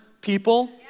people